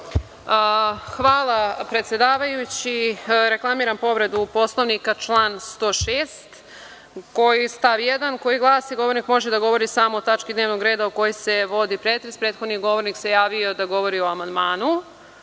Hvala predsedavajući. Reklamiram povredu Poslovnika član 106. stav 1. koji glasi – govornik može da govori samo o tački dnevnog reda o kojoj se vodi pretres. Prethodni govornik se javio da govori o amandmanu.